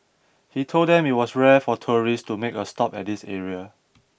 he told them it was rare for tourists to make a stop at this area